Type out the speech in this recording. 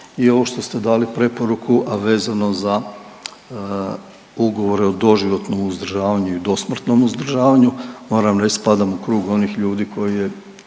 I ovo što ste dali preporuku, a vezano za ugovore o doživotnom uzdržavanju i dosmrtnom uzdržavanju. Moram reći spadam u krug onih ljudi koji je